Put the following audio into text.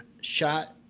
shot